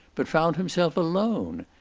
but found himself alone.